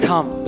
Come